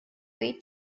way